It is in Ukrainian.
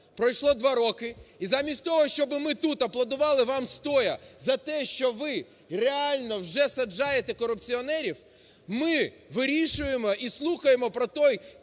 Пройшло 2 роки і замість того, щоби ми тут аплодували вам стоячи, за те, що ви реально вже саджаєте корупціонерів, ми вирішуємо і слухаємо про той